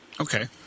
Okay